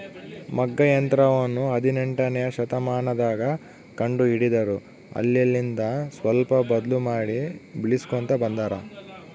ಮಗ್ಗ ಯಂತ್ರವನ್ನ ಹದಿನೆಂಟನೆಯ ಶತಮಾನದಗ ಕಂಡು ಹಿಡಿದರು ಅಲ್ಲೆಲಿಂದ ಸ್ವಲ್ಪ ಬದ್ಲು ಮಾಡಿ ಬಳಿಸ್ಕೊಂತ ಬಂದಾರ